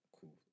Cool